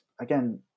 again